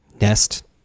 Nest